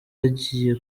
yagiye